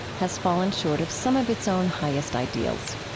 has fallen short of some of its own highest ideals.